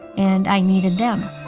and i needed them.